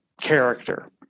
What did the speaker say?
character